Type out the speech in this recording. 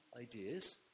ideas